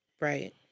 Right